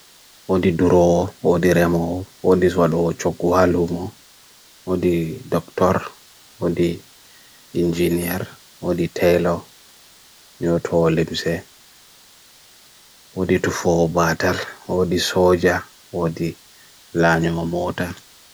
Odi duroo, odi remo, odi swaddo choku halu mo, odi doktor, odi engineer, odi tailor, no tallimse, odi tofo batter, odi soldier, odi lanye mo motor.